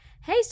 hey